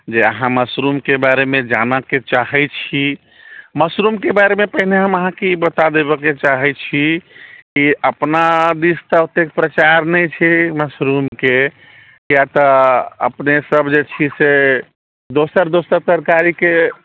जे अहाँ मशरूमके बारेमे जानैके चाहै छी मशरूमके बारेमे पहिने हम अहाँके ई बता देबैके चाहै छी कि अपना दिस तऽ ओतेक प्रचार नहि छै मशरूमके कियातऽ अपनेसब जे छी से दोसर दोसर तरकारीके